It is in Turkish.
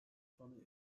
sona